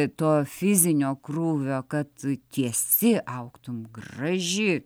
to fizinio krūvio kad tiesi augtum graži